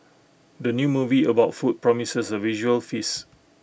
the new movie about food promises A visual feast